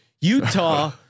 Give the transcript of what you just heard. Utah